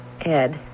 Ed